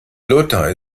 lothar